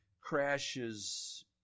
crashes